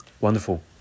Wonderful